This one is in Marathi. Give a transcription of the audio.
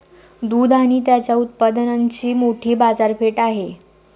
दूध आणि त्याच्या उत्पादनांची मोठी बाजारपेठ आहे